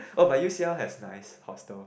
oh but U_C_L has nice hostels